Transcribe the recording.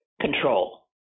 control